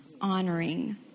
honoring